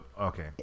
Okay